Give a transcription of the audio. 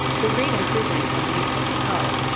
were great improvements on eustis and hull.